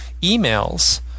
emails